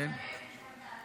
אולי כדאי לזרז את התהליך,